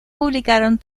publicaron